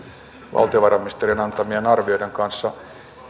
valtiovarainministeriön antamien arvioiden kanssa